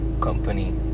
Company